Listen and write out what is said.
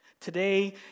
Today